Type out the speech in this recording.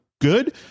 good